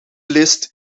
list